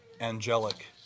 angelic